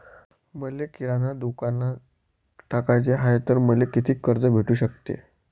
मले किराणा दुकानात टाकाचे हाय तर मले कितीक कर्ज भेटू सकते?